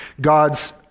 God's